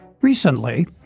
Recently